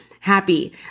Happy